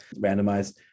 randomized